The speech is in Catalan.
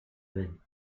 vent